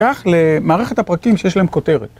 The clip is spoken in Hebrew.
כך למערכת הפרקים שיש להן כותרת.